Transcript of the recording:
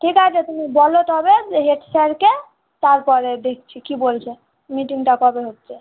ঠিক আছে তুমি বলো তবে যে হেড স্যারকে তারপরে দেখছি কী বলছে মিটিংটা কবে হচ্ছে